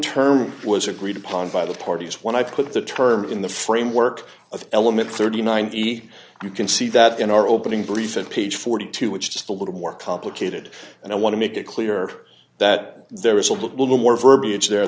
term was agreed upon by the parties when i put the term in the framework of element thirty nine t you can see that in our opening brief said page forty two dollars which is just a little more complicated and i want to make it clear that there is a little more verbiage there